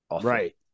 right